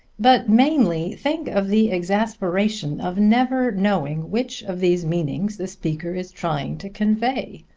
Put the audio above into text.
but mainly, think of the exasperation of never knowing which of these meanings the speaker is trying to convey.